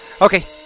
Okay